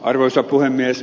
arvoisa puhemies